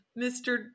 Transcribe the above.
Mr